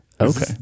Okay